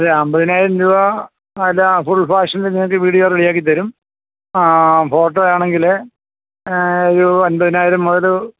അമ്പതിനായിരം രൂപ അല്ല ഫുൾ ഫാഷനിൽ നിങ്ങൾക്ക് വീഡിയോ റെഡിയാക്കിത്തരും ഫോട്ടോയാണെങ്കില് ഒരു അമ്പതിനായിരം മുതല്